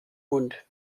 mund